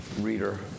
reader